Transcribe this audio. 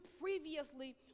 previously